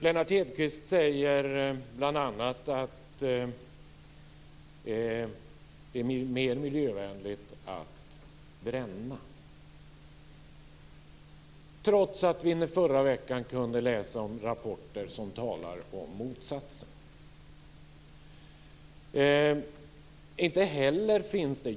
Lennart Hedquist säger bl.a. att det är mer miljövänligt att bränna, trots att vi i förra veckan kunde läsa om rapporter som talar om motsatsen.